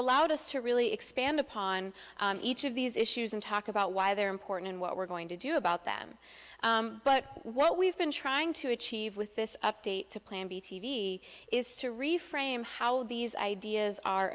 allowed us to really expand upon each of these issues and talk about why they're important and what we're going to do about them but what we've been trying to achieve with this update to plan b t v is to reframe how these ideas are